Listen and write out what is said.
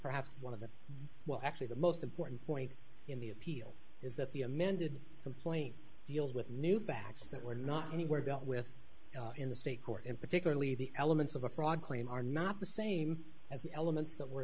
perhaps one of the well actually the most important point in the appeal is that the amended complaint deals with new facts that were not anywhere dealt with in the state court and particularly the elements of a fraud claim are not the same as the elements that were